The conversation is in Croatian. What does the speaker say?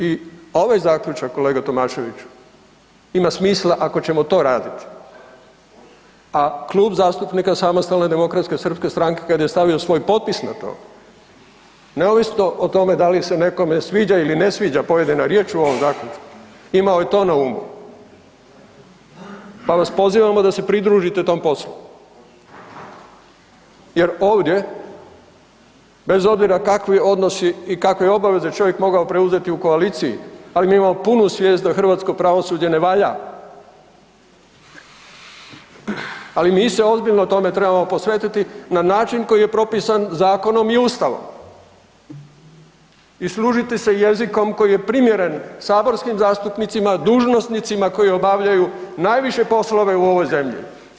I ovaj zaključak, kolega Tomaševiću ima smisla ako ćemo to raditi, a klub zastupnika SDSS-a kada je stavio svoj potpis na to, neovisno o tome da li se nekome sviđa ili ne sviđa pojedina riječ u ovom zaključku imao je to na umu, pa vas pozivamo da se pridružite tom poslu jer ovdje bez obzira kakvi odnosi i kakve obaveze mogao čovjek mogao preuzeti u koaliciji, ali mi imamo punu svijest da hrvatsko pravosuđe ne valja, ali mi se ozbiljno tome trebamo posvetiti na način koji je propisan zakonom i Ustavom i služiti se jezikom koji je primjeren saborskim zastupnicima, dužnosnicima koji obavljaju najviše poslove u ovoj zemlji.